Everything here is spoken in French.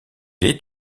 est